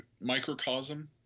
microcosm